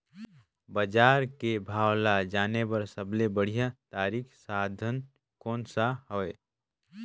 बजार के भाव ला जाने बार सबले बढ़िया तारिक साधन कोन सा हवय?